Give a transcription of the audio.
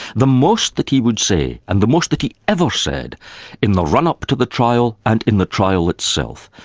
the most that he would say and the most that he ever said in the run-up to the trial, and in the trial itself,